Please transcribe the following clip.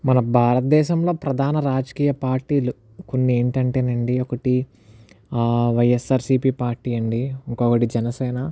మన భారతదేశంలో ప్రధాన రాజకీయ పార్టీలు కొన్ని ఏంటంటేనండి ఒకటి ఆ వైఎస్ఆర్సీపీ పార్టీలండి ఇంకొకటి జనసేన